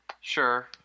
Sure